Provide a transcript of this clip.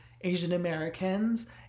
Asian-Americans